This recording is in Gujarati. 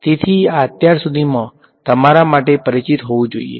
તેથી આ અત્યાર સુધીમાં તમારા બધા માટે પરિચિત હોવું જોઈએ